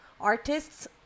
Artists